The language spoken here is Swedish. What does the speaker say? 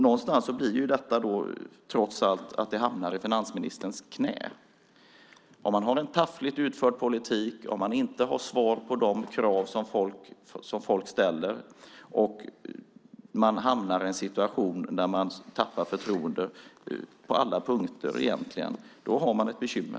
Någonstans blir det ju trots allt så att det hamnar i finansministerns knä. Om man har en taffligt utförd politik, om man inte har svar på de krav som folk ställer och om man hamnar i en situation där folk tappar förtroendet på alla punkter egentligen, då har man ett bekymmer.